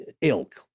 ilk